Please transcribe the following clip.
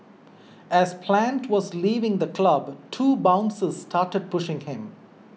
as Plant was leaving the club two bouncers started pushing him